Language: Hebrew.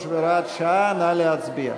חוק התכנון והבנייה (תיקון מס' 103 והוראת שעה) נא להצביע.